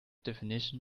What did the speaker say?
definition